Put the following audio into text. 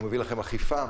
הוא מביא לכם אכיפה?